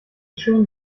schön